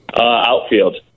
Outfield